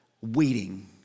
waiting